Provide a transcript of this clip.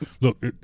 Look